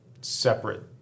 separate